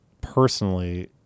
personally